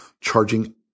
charging